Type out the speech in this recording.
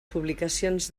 publicacions